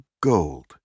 gold